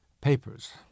papers